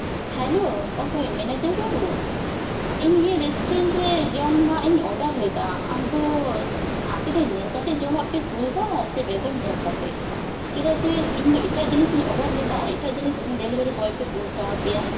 hello ᱚᱠᱚᱭ manager ᱵᱟᱹᱵᱩ ᱤᱧ ᱱᱤᱭᱟᱹ ᱨᱮᱥᱴᱩᱨᱮᱴ ᱨᱮ ᱡᱚᱢᱟᱜ ᱤᱧ ᱚᱰᱟᱨ ᱞᱮᱫᱟ ᱟᱢ ᱫᱚ ᱟᱯᱮ ᱫᱚ ᱧᱮᱞ ᱠᱟᱛᱮᱫ ᱡᱚᱢᱟᱜ ᱯᱮ ᱠᱩᱞᱫᱟ ᱥᱮ ᱵᱮᱜᱚᱨ ᱧᱮᱞ ᱠᱟᱛᱮ ᱪᱮᱫᱟᱜ ᱡᱮ ᱤᱧ ᱫᱚ ᱮᱴᱟᱜ ᱡᱤᱱᱤᱥᱤᱧ ᱚᱰᱟᱨ ᱞᱮᱫᱟ ᱟᱨ ᱮᱴᱟᱜ ᱡᱤᱱᱤᱥ ᱰᱮᱞᱤᱵᱷᱟᱨᱤ ᱵᱚᱭ ᱯᱮ ᱠᱩᱞ ᱠᱟᱫᱮᱭᱟ